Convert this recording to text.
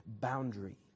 boundary